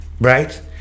Right